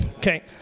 Okay